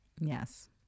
Yes